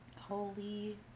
Holy